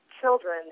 children